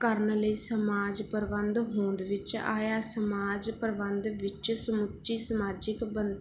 ਕਰਨ ਲਈ ਸਮਾਜ ਪ੍ਰਬੰਧ ਹੋਂਦ ਵਿੱਚ ਆਇਆ ਸਮਾਜ ਪ੍ਰਬੰਧ ਵਿੱਚ ਸਮੁੱਚੀ ਸਮਾਜਿਕ ਬੰ